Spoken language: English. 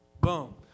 Boom